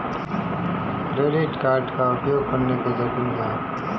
Credit card का उपयोग करने के जोखिम क्या हैं?